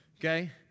Okay